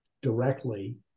directly